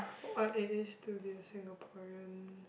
what it is to be a Singaporean